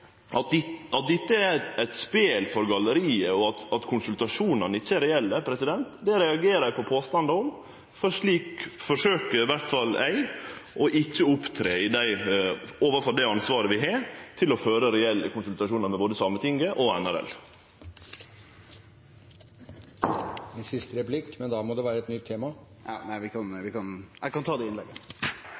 Påstanden om at dette er eit spel for galleriet, og at konsultasjonane ikkje er reelle, reagerer eg på, for slik forsøkjer iallfall ikkje eg å opptre med omsyn til det ansvaret vi har for å føre reelle konsultasjonar med både Sametinget og NRL. En siste replikk til Torgeir Knag Fylkesnes, men da må det være et nytt tema. Nei, eg kan ta det